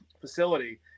facility